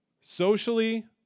socially